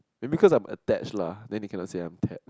maybe because I'm attached lah then they cannot say I'm